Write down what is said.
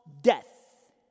death